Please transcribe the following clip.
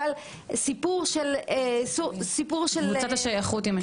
אבל סיפור של קבוצת שייכות היא משמעותית.